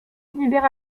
univers